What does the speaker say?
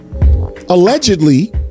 allegedly